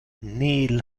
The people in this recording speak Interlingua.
nihil